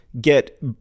get